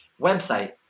website